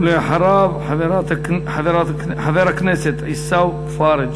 ואחריו, חבר הכנסת עיסאווי פראג'.